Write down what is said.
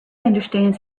understands